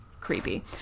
creepy